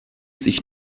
sich